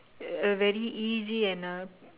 a very easy and a